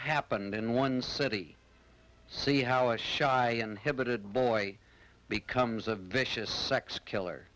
happened in one city see how a shy and hip it boy becomes a vicious sex killer